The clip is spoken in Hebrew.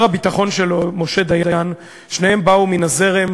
הוא ושר הביטחון שלו משה דיין, שניהם באו מן הזרם